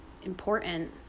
important